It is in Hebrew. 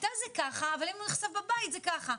בכיתה זה ככה, אבל אם הוא נחשף בבית זה ככה.